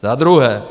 Za druhé.